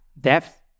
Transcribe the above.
depth